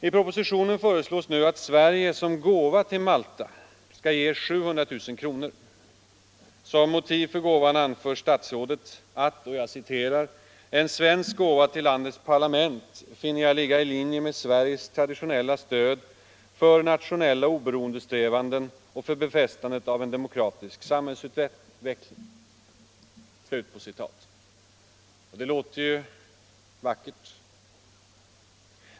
I propositionen föreslås att Sverige som gåva till Malta skall ge 700 000 kr. Som motiv för gåvan anför statsrådet att ”en svensk gåva till landets parlament finner jag ligga i linje med Sveriges traditionella stöd för nationella oberoendesträvanden och för befästandet av en demokratisk samhällsutveckling”. Det låter ju vackert.